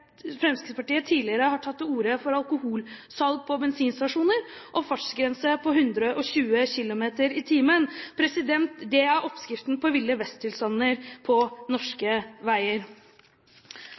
tidligere har tatt til orde for alkoholsalg på bensinstasjoner og fartsgrense på 120 kilometer i timen. Det er oppskriften på Ville vesten-tilstander på